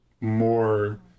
more